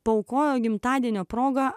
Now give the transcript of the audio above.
paaukojo gimtadienio proga